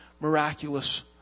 miraculous